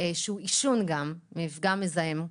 של עישון, מפגע מזהם,